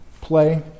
play